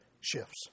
shifts